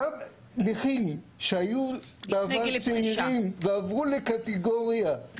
אותם נכים שהיו בעבר צעירים ועברו קטגוריה,